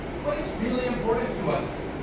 what is really important to us?